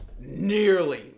nearly